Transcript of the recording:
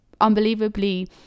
unbelievably